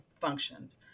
functioned